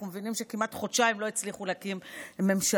אנחנו מבינים שכמעט חודשיים לא הצליחו להקים ממשלה.